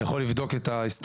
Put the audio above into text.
אני יכול לבדוק את ההיסטוריה,